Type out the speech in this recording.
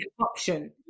option